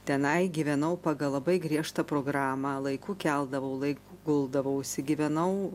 tenai gyvenau pagal labai griežtą programą laiku keldavau laiku guldavausi gyvenau